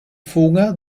fuga